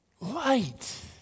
Light